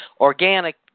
Organic